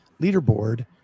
leaderboard